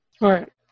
Right